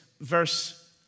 verse